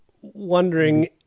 wondering